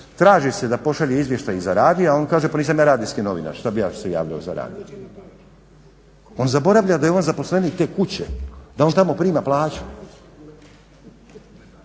traži se da pošalje izvještaj i za radija, on kaže nisam ja radijski novinar, što bi ja se javljao za radio. On zaboravlja da je on zaposlenik te kuće, da on tamo prima plaću.